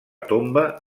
tomba